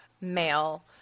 male